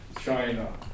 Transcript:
China